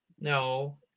No